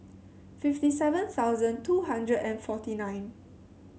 fifty seven thousand two hundred and forty nine